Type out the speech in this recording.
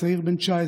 נהרג צעיר בן 19